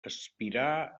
aspirar